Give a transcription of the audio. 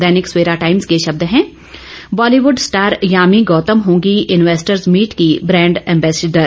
दैनिक Savera Times के शब्द हैं बॉलीवुड स्टार यामी गौतम होंगी इनवैस्टर्स मीट की ब्रांड एंबैसेडर